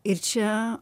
ir čia